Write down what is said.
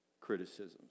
criticisms